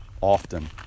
often